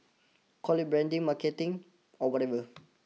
call it branding marketing or whatever